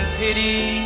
pity